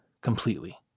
completely